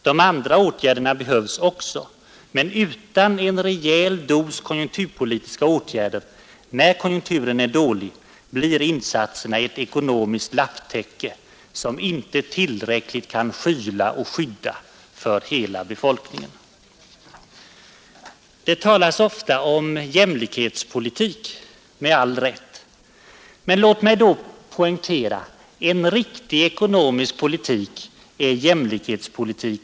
De andra åtgärderna behövs också, men utan en rejäl dos konjunkturpolitiska åtgärder när konjunkturen är dålig blir insatserna ett ekonomiskt lapptäcke, som inte tillräckligt kan skyla och skydda för hela befolkningen. Det talas ofta om jämlikhetspolitik och det med all rätt. Men låt mig då poängtera: En riktigt förd ekonomisk politik är om något jämlikhetspolitik.